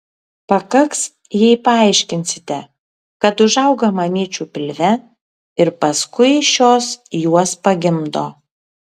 pakaks jei paaiškinsite kad užauga mamyčių pilve ir paskui šios juos pagimdo